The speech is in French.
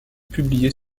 publiés